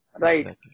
right